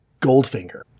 Goldfinger